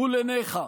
מול עיניך.